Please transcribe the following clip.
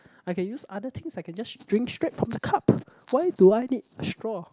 I can use other things I can just drink straight from the cup why do I need straw